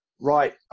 right